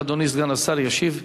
אדוני סגן השר ישיב.